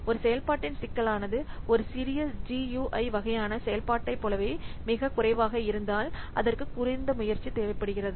ஒரு செயல்பாட்டின் சிக்கலானது ஒரு சிறிய GUI வகையான செயல்பாட்டைப் போலவே மிகக் குறைவாக இருந்தால் அதற்கு குறைந்த முயற்சி தேவைப்படுகிறது